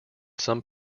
some